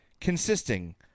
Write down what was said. consisting